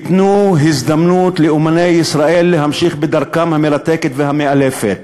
תנו הזדמנות לאמני ישראל להמשיך בדרכם המרתקת והמאלפת.